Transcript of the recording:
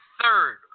third